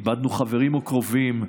איבדנו חברים וקרובים,